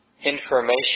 information